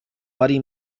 buddy